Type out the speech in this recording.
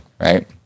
right